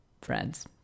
friends